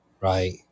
right